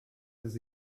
does